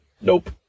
nope